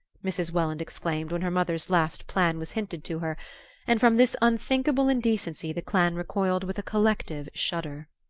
mrs. welland exclaimed when her mother's last plan was hinted to her and from this unthinkable indecency the clan recoiled with a collective shudder.